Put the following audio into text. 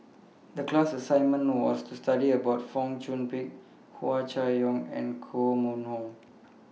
The class assignment was to study about Fong Chong Pik Hua Chai Yong and Koh Mun Hong